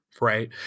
right